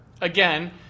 again